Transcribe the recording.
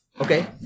Okay